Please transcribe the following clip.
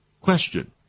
Question